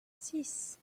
six